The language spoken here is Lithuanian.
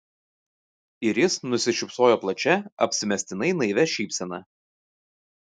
ir jis nusišypsojo plačia apsimestinai naivia šypsena